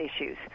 issues